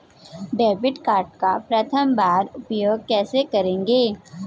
Debit card का प्रथम बार उपयोग कैसे करेंगे?